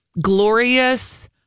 glorious